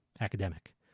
academic